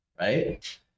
right